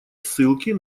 ссылки